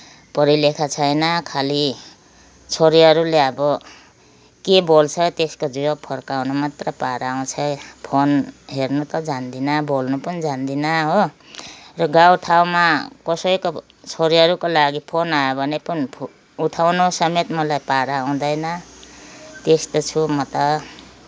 पढा लेखा छैन खाली अब छोरीहरूले अब के बोल्छ त्यसको जवाफ फर्काउन मात्र पारा आउँछ फोन हेर्न त जान्दिनँ बोल्न पनि जान्दिनँ हो र गाउँ ठाउँमा कसैको छोरीहरूको लागि फोन आयो भने पनि उठाउन समेत मलाई पारा आउँदैन त्यस्तो छु म त